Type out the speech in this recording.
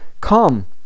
Come